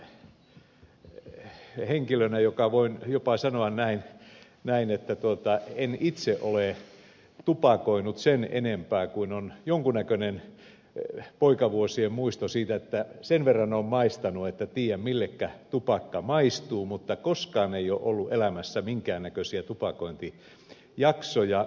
sanon tämän henkilönä joka voi jopa sanoa näin että en itse ole tupakoinut sen enempää kuin että on jonkinnäköinen poikavuosien muisto siitä että sen verran olen maistanut että tiedän mille tupakka maistuu mutta koskaan ei ole ollut elämässä minkään näköisiä tupakointijaksoja